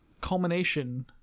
culmination